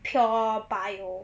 pure bio